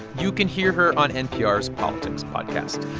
you can hear her on npr's politics podcast.